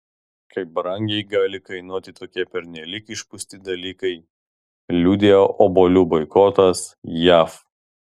kaip brangiai gali kainuoti tokie pernelyg išpūsti dalykai liudija obuolių boikotas jav